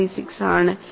436 ആണ്